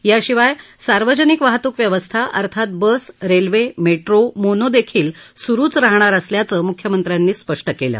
याशिवाय सार्वजनिक वाहतूक व्यवस्था अर्थात बस रेल्वे मेट्रो मोनो देखील सुरूच राहणार असल्याचे मुख्यमंत्र्यांनी स्पष्ट केले